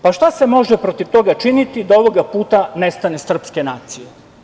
Pa, šta se može protiv toga činiti da ovoga puta nestane srpske nacije?